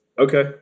Okay